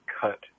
cut